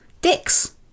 Dick's